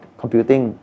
computing